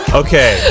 okay